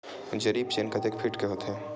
जरीब चेन कतेक फीट के होथे?